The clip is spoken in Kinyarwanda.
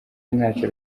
ntacyo